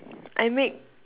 I make